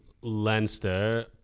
Leinster